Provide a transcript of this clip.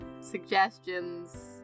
suggestions